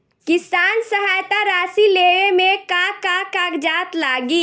किसान सहायता राशि लेवे में का का कागजात लागी?